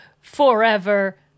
forever